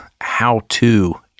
how-to